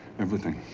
everything.